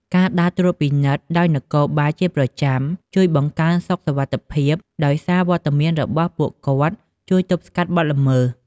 ការដើរត្រួតពិនិត្យដោយនគរបាលជាប្រចាំ ជួយបង្កើនសុខសុវត្ថិភាពដោយសារវត្តមានរបស់ពួកគាត់ជួយទប់ស្កាត់បទល្មើស។